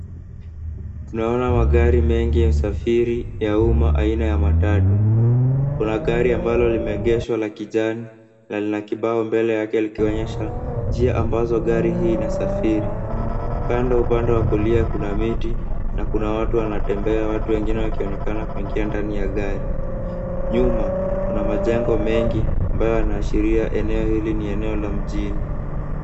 Tunaona magari mengi ya usafiri ya umma aina ya matatu. Kuna gari ambalo limeegeshwa la kijani na lina kibao mbele yake likionyesha njia ambazo gari hii inasafiri. Kando upande wa kulia kuna miti na kuna watu wanatembea, watu wengine wakionekana kuingia ndani ya gari. Nyuma kuna majengo mengi ambayo yanaashiria eneo hili ni eneo la mjini.